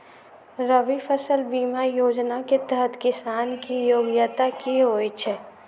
रबी फसल बीमा योजना केँ तहत किसान की योग्यता की होइ छै?